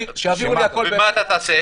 ומה אתה תעשה?